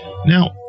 Now